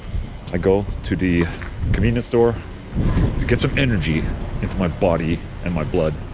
i go to the convenience store to get some energy into my body and my blood